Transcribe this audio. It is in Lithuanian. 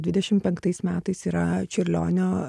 dvidešim penktais metais yra čiurlionio